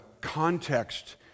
context